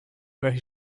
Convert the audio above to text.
where